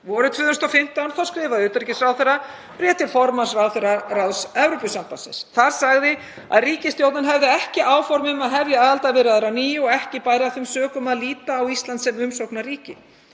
Vorið 2015 skrifaði utanríkisráðherra bréf til formanns ráðherraráðs Evrópusambandsins. Þar sagði að ríkisstjórnin hefði ekki áform um að hefja aðildarviðræður að nýju og ekki bæri af þeim sökum að líta á Ísland sem umsóknarríki.